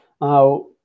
Now